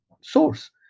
source